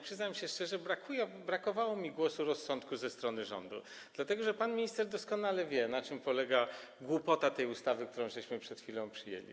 Przyznam się szczerze, że brakowało mi głosu rozsądku ze strony rządu, dlatego że pan minister doskonale wie, na czym polega głupota w przypadku tej ustawy, którą przed chwilą przyjęliśmy.